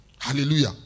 hallelujah